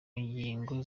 nyigo